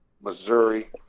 Missouri